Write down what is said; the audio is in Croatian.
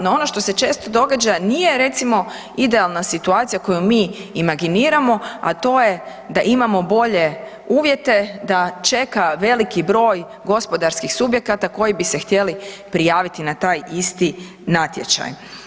No ono što se često događa nije recimo idealna situacija koju mi imaginiramo, a to je da imamo bolje uvjete, da čeka veliki broj gospodarskih subjekata koji bi se htjeli prijaviti na taj isti natječaj.